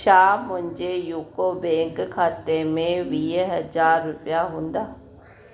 छा मुंहिंजे यूको बैंक खाते में वीह हज़ार रुपिया हूंदा